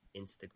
Instagram